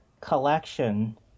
collection